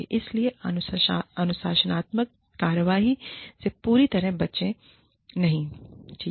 इसलिए अनुशासनात्मक कार्रवाई से पूरी तरह बचे नहीं ठीक है